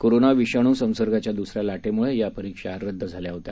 corona विषाणू संसर्गाच्या दुसऱ्या लाटेमुळे या परीक्षा रद्द झाल्या होत्या